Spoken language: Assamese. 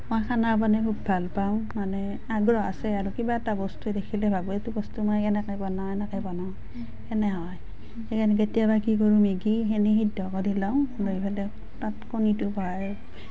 মই খানা বনাই খুব ভাল পাওঁ মানে আগ্ৰহ আছে আৰু কিবা এটা বস্তু দেখিলে ভাবোঁ এইটো বস্তু মই এনেকৈ বনাওঁ এনেলৈ বনাওঁ সেনে হয় সেইকাৰণে কেতিয়াবা কি কৰোঁ মেগিখিনি সিদ্ধ কৰি লওঁ লৈ পেলাই তাত কণীটো ভৰাই